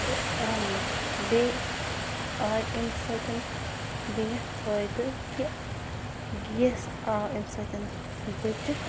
تہِ رَنُن بیٚیہِ آے اَمہِ سۭتۍ بیٛاکھ فٲیدٕ کہِ گیس آو اَمہِ سۭتۍ بٔچِتھ